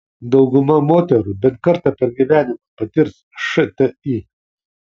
dauguma moterų bent kartą per gyvenimą patirs šti